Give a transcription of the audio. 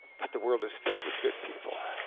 but the world is filled with good people.